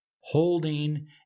holding